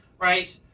right